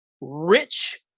rich